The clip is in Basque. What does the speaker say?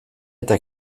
eta